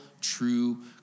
true